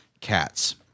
cats